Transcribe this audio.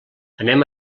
anem